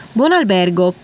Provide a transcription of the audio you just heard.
Buonalbergo